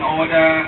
order